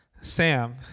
Sam